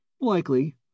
Likely